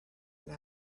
will